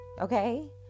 Okay